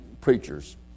preachers